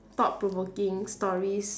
thought provoking stories